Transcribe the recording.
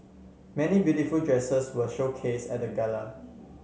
many beautiful dresses were showcase at the gala